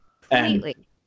completely